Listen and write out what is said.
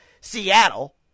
Seattle